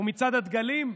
ומצעד הדגלים?